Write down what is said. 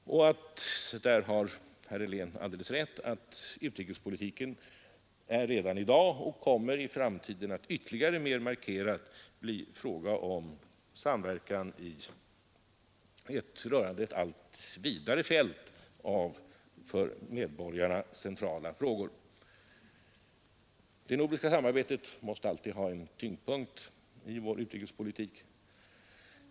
Utrikespolitiken är redan i dag — på den punkten har herr Helén alldeles rätt — och kommer i framtiderr ännu mer markant att bli en fråga om samverkan på ett allt vidare fält av för medborgarna centrala frågor. Det nordiska samarbetet måste alltid vara en tyngdpunkt i vår utrikespolitik.